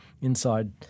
inside